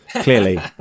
Clearly